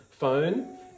phone